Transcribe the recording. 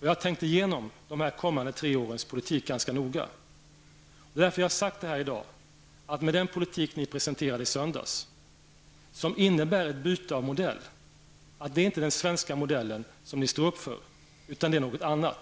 Jag har tänkt igenom de kommande tre årens politik ganska noga. Det är därför som jag i dag har sagt att med den politik som ni presenterade i söndags, som innebär ett byte av modell, är det inte den svenska modellen som ni står upp för, utan det är något annat.